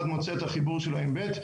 אחד מוצא את החיבור שלו עם ב',